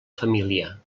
família